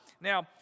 Now